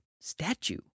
statue